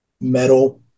Metal